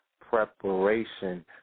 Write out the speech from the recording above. preparation